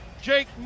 Jake